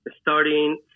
Starting